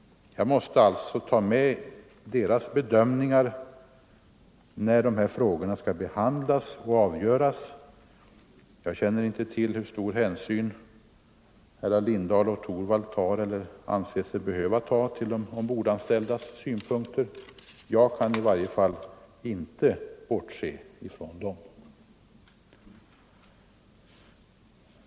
Jag måste ta med deras bedömningar när de här frågorna skall behandlas och avgöras. Jag känner inte till hur stor hänsyn herrar Lindahl och Torwald tar eller anser sig behöva ta till de ombordanställdas synpunkter, men jag kan i varje fall inte bortse från dem.